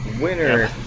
Winner